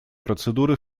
процедуры